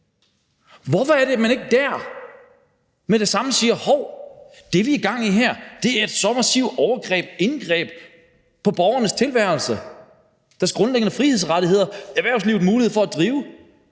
Hvorfor er det, at man ikke der med det samme siger: Hov, det, vi har gang i her, er et så massivt overgreb på og indgreb i borgernes tilværelse og deres grundlæggende frihedsrettigheder og erhvervslivets mulighed for at drive